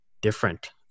different